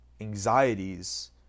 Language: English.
anxieties